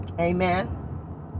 Amen